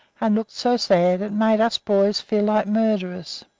and looked so sad it made us boys feel like murderers,